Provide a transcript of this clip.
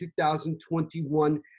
2021